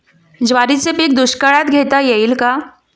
ज्वारीचे पीक दुष्काळात घेता येईल का?